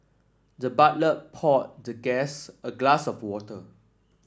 the butler poured the guest a glass of water